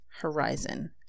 horizon